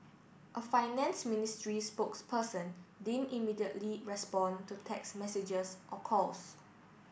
a finance ministry spokesperson didn't immediately respond to text messages or calls